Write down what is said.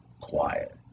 quiet